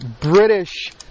British